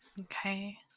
Okay